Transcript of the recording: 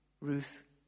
Ruth